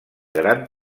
gran